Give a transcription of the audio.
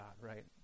right